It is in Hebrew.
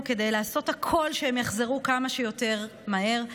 כדי לעשות הכול שהם יחזרו כמה שיותר מהר.